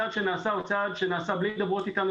הצעד שנעשה הוא צעד שנעשה בלי הידברות כולנו,